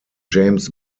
james